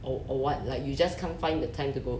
or or what like you just can't find the time to go